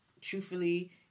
truthfully